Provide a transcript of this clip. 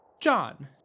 John